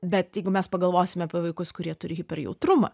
bet jeigu mes pagalvosime apie vaikus kurie turi hiperjautrumą